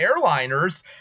airliners